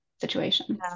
situations